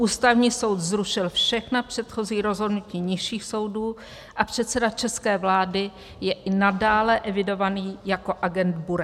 Ústavní soud zrušil všechna předchozí rozhodnutí nižších soudů a předseda české vlády je i nadále evidovaný jako agent Bureš.